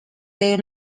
they